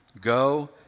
go